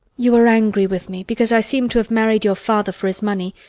you are angry with me because i seem to have married your father for his money,